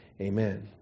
amen